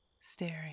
staring